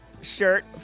shirt